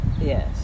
Yes